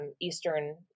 Eastern